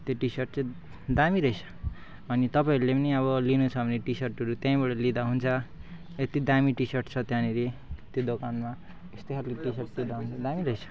त्यो टिसर्ट चाहिँ दामी रहेछ अनि तपाईँहरूले पनि अब लिनुछ भने टिसर्टहरू त्यहीँबाट लिँदा हुन्छ यति दामी टिसर्ट छ त्यहाँनिर त्यो दोकानमा त्यस्तै खालको टिसर्ट चाहिँ दामी दामी रहेछ